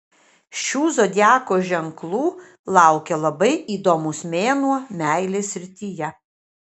šių zodiako ženklų laukia labai įdomus mėnuo meilės srityje